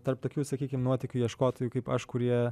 tarp tokių sakykim nuotykių ieškotojų kaip aš kurie